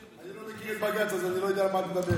אני לא מכיר את בג"ץ אז אני לא יודע על מה את מדברת.